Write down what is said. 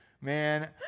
Man